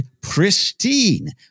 pristine